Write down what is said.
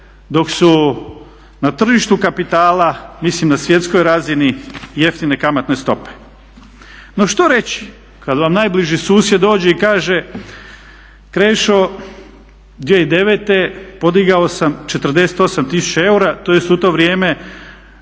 dok su na tržištu kapitala, mislim na svjetskoj razini jeftine kamatne stope. No što reći kada vam najbliži susjed dođe i kaže Krešo 2009. podigao sam 48 tisuća eura tj. u to vrijeme